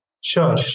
Sure